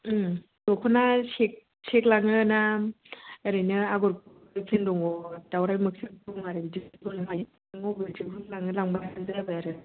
उम दख'ना set set लांङो ना ओरैनो आगर गुबै दङ दाउराइ मोख्रेब दङ अबे मोनसेखौ लाङो लांबानो जाबाय आरो